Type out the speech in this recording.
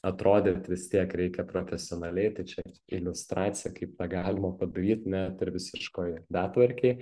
atrodyt vis tiek reikia profesionaliai tai čia iliustracija kaip tą galima padaryt ne visiškoj betvarkėj